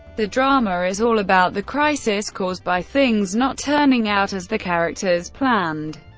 the drama is all about the crisis caused by things not turning out as the characters planned.